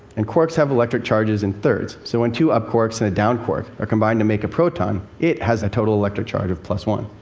and quarks have electric charges in thirds. so when two up quarks and a down quark are combined to make a proton, it has a total electric charge of plus one.